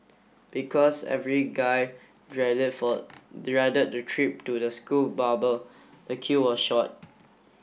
because every guy dreaded for dreaded the trip to the school barber the queue was short